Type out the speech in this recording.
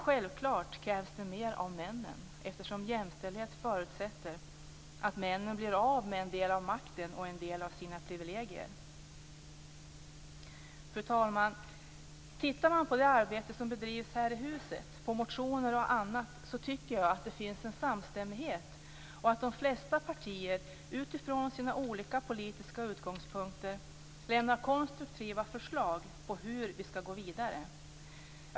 Självklart krävs det också mer av männen, eftersom jämställdhet förutsätter att männen blir av med en del av makten och en del av sina privilegier. Fru talman! Tittar man på det arbete som bedrivs här i huset, på motioner och annat, kan man se att det finns en samstämmighet och att de flesta partier utifrån sina olika politiska utgångspunkter lämnar konstruktiva förslag på hur vi skall gå vidare.